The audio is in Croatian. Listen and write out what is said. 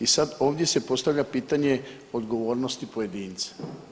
I sad ovdje se postavlja pitanje odgovornosti pojedinca.